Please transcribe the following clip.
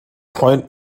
freund